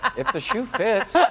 if the shoe fits,